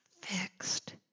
fixed